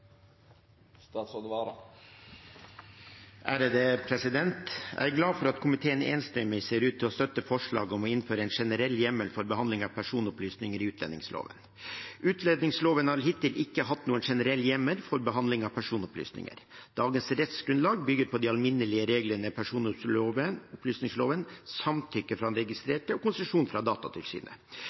Jeg er glad for at komiteen enstemmig ser ut til å støtte forslaget om å innføre en generell hjemmel for behandling av personopplysninger i utlendingsloven. Utlendingsloven har hittil ikke hatt noen generell hjemmel for behandling av personopplysninger. Dagens rettsgrunnlag bygger på de alminnelige reglene i personopplysningsloven, samtykke fra den registrerte og konsesjon fra Datatilsynet.